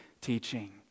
teaching